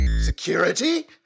security